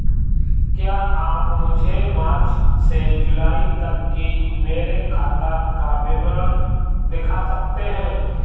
क्या आप मुझे मार्च से जूलाई तक की मेरे खाता का विवरण दिखा सकते हैं?